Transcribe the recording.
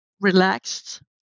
relaxed